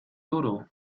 duro